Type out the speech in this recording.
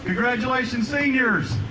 congratulations, seniors.